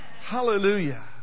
Hallelujah